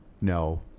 No